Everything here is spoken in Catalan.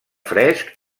fresc